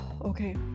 okay